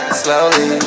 slowly